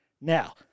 Now